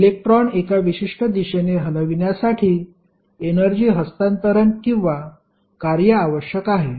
electron एका विशिष्ट दिशेने हलविण्यासाठी एनर्जी हस्तांतरण किंवा कार्य आवश्यक आहे